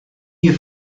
you